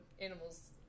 animals